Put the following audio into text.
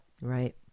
right